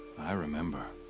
i remember.